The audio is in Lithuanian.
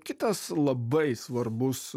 kitas labai svarbus